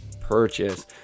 purchase